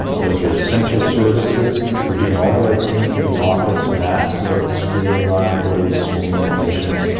those are essential services. we're doing all the right things in the office, masking, screening our employees, screening patients,